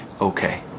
okay